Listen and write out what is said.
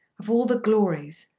of all the glories,